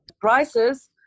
prices